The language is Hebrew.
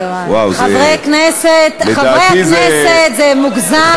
חברי הכנסת, חברי הכנסת, זה מוגזם.